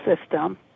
system